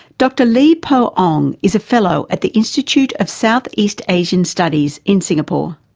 dr lee poh onn is a fellow at the institute of south east asian studies in singapore.